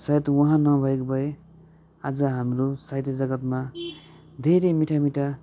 सायद उहाँ नभएको भए आज हाम्रो साहित्य जगत्मा धेरै मिठा मिठा